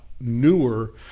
newer